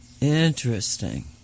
Interesting